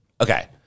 Okay